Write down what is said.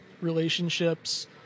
relationships